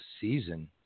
season